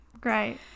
Great